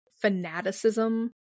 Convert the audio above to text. fanaticism